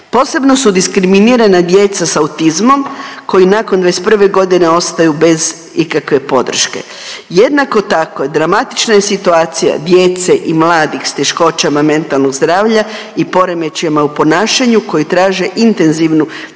Posebno su diskriminirana djeca sa autizmom koji nakon 21. godina ostaju bez ikakve podrške. Jednako tako dramatična je situacija djece i mladih s teškoćama mentalnog zdravlja i poremećajima u ponašanju koji traže intenzivnu cjelodnevnu